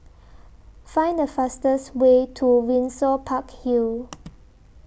Find The fastest Way to Windsor Park Hill